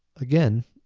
again,